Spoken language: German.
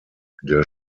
der